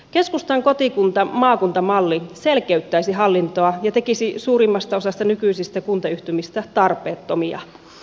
keskustan kotikuntamaakunta malli selkeyttäisi hallintoa ja tekisi suurimmasta osasta nykyisiä kuntayhtymiä tarpeettomia